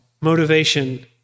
motivation